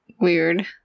Weird